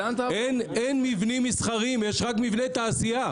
אין מבנים מסחריים, יש רק מבני תעשייה.